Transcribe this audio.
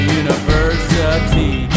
university